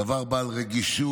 בדבר בעל רגישות,